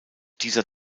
dieser